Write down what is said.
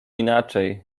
inaczej